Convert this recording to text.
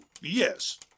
Yes